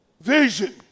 Vision